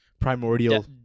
primordial